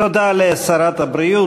תודה לשרת הבריאות.